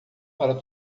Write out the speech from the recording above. para